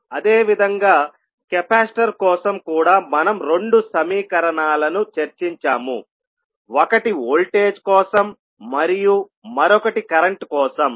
అదేవిధంగా కెపాసిటర్ కోసం కూడా మనం రెండు సమీకరణాలను చర్చించాముఒకటి వోల్టేజ్ కోసం మరియు మరొకటి కరెంట్ కోసం